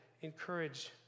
encourage